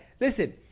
Listen